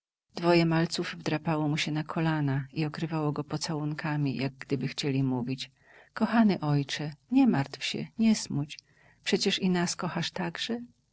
dwoje malców wdrapało mu się na kolana i okrywało go pocałunkami jak gdyby chcieli mówić kochany ojcze nie martw się nie smuć przecież i nas kochasz także